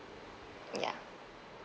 ya